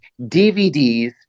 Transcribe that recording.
DVDs